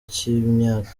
cy’imyaka